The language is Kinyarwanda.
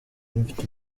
mfite